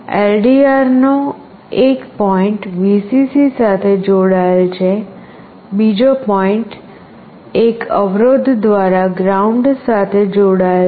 LDR નો એક point Vcc સાથે જોડાયેલ છે બીજો પૉઇન્ટ એક અવરોધ દ્વારા ગ્રાઉન્ડ સાથે જોડાયેલ છે